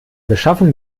beschaffung